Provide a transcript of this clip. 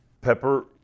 Pepper